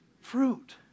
fruit